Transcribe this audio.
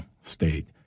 state